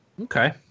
Okay